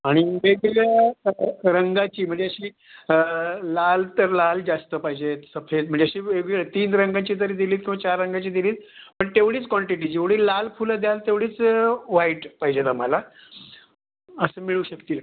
आणि वेगवेगळ्या रंगाची म्हणजे अशी लाल तर लाल जास्त पाहिजे आहेत सफेद म्हणजे अशी वेगवेगळे तीन रंगांची जरी दिलीत किंवा चार रंगाची दिलीत पण तेवढीच कॉन्टिटी जेवढी लाल फुलं द्याल तेवढीच व्हाईट पाहिजे आहेत आम्हाला असे मिळू शकतील का